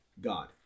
God